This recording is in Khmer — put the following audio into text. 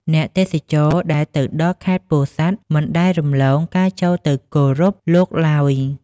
អ្នកទេសចរដែលទៅដល់ខេត្តពោធិ៍សាត់ មិនដែលរំលងការចូលទៅគោរពលោកឡើយ។